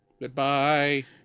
Goodbye